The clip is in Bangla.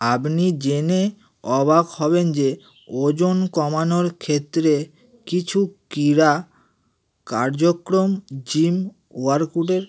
আপনি জেনে অবাক হবেন যে ওজন কমানোর ক্ষেত্রে কিছু ক্রীড়া কার্যক্রম জিম ওয়ার্কআউটের